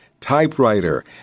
typewriter